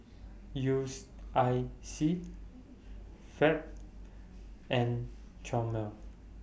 U I C Fab and Chomel